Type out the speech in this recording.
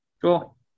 Cool